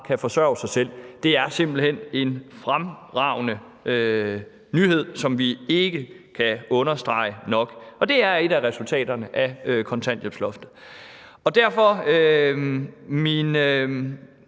kan forsørge sig selv, er simpelt hen en fremragende nyhed, som vi ikke kan understrege nok. Og det er et af resultaterne af kontanthjælpsloftet. Derfor er